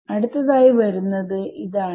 അടുത്തതായി വരുന്നത് ആണ്